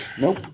Nope